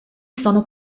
sono